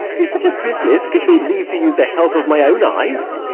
in such a business give me leave to use the help of mine own eyes.